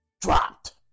dropped